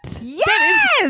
Yes